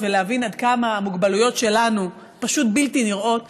ולהבין עד כמה המוגבלויות שלנו פשוט בלתי נראות.